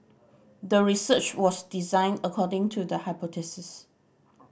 the research was designed according to the hypothesis